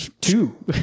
Two